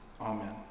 Amen